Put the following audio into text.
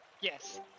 Yes